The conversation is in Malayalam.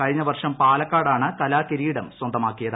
കഴിഞ്ഞ വർഷം പാലക്കാടാണ് കലാകിരീടം സ്വന്തമാക്കിയത്